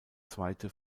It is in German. zweite